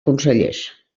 consellers